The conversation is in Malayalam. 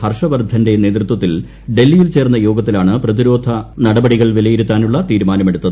ഹർഷവർദ്ധന്റെ ദ്യന്തൃത്വത്തിൽ ഡൽഹിയിൽ ചേർന്ന യോഗത്തിലാണ് പ്രതിരോധ ് നൂട്ടപ്ടികൾ വിലയിരുത്താനുള്ള തീരുമാനമെടുത്ത്